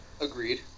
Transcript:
Agreed